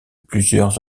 plusieurs